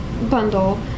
bundle